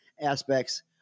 aspects